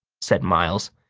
said miles.